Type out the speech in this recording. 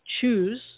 choose